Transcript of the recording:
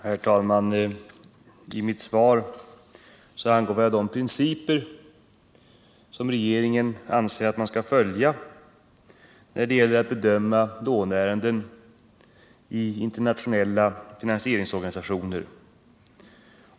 Herr talman! I mitt svar angav jag de principer som regeringen anser att man skall följa när det gäller att bedöma låneärenden i internationella finansieringsorganisationer.